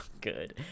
good